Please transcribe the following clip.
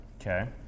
Okay